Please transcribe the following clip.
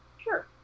Sure